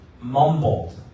mumbled